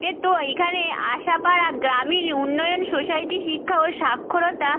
এ তো এখানে আশাপাড়া গ্রামীণ উন্নয়ন সোসাইটি শিক্ষা ও সাক্ষরতা